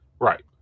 Right